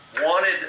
wanted